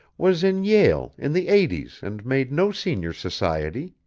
was in yale in the eighty s and made no senior society